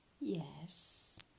yes